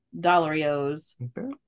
dollarios